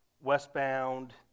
westbound